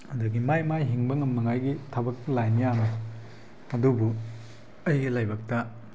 ꯑꯗꯒꯤ ꯃꯥꯒꯤ ꯃꯥꯒꯤ ꯍꯤꯡꯕ ꯉꯝꯅꯉꯥꯏꯒꯤ ꯊꯕꯛ ꯂꯥꯏꯟ ꯌꯥꯝꯃꯤ ꯑꯗꯨꯕꯨ ꯑꯩꯒꯤ ꯂꯥꯏꯕꯛꯇ